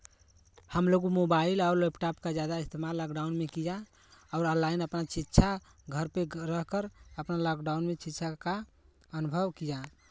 हमलोग मोबाइल और लैपटॉप का ज़्यादा इस्तेमाल लॉकडाउन में किया और ऑनलाइन अपना शिक्षा घर पे रहकर अपना लॉकडाउन में शिक्षा का अनुभव किया